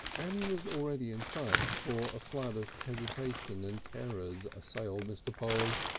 annie was already in sight before a flood of hesitation and terrors assailed mr. polly.